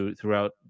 throughout